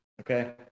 okay